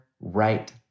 right